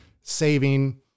saving